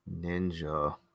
Ninja